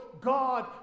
God